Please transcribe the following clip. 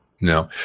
no